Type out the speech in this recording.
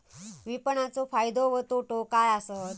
विपणाचो फायदो व तोटो काय आसत?